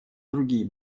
другие